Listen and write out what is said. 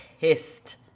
pissed